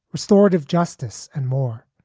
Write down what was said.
restorative justice and more.